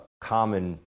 common